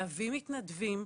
להביא מתנדבים,